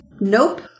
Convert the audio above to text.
nope